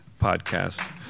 podcast